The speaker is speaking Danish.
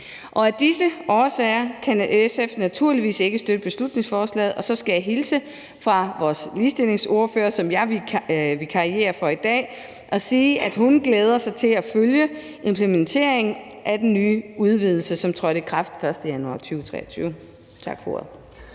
af. Af disse årsager kan SF naturligvis ikke støtte beslutningsforslaget, og så skal jeg hilse fra vores ligestillingsordfører, som jeg vikarierer for i dag, og sige, at hun glæder sig til at følge implementeringen af den nye udvidelse, som trådte i kraft den 1. januar 2023. Tak for